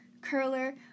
curler